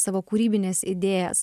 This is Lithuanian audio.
savo kūrybines idėjas